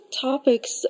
topics